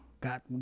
got